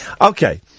okay